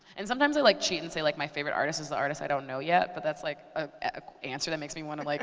and sometimes, i like cheat and say like my favorite artist is the artist i don't know yet, but that's an like ah answer that makes me wanna like